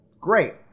Great